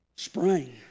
Spring